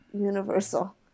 universal